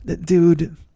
dude